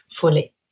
fully